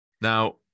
Now